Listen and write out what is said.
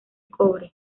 cobre